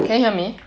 can you hear me